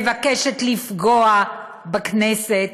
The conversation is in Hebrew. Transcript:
מבקשת לפגוע בכנסת,